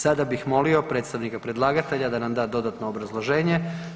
Sada bih molio predstavnika predlagatelja da nam da dodatno obrazloženje.